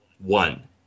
One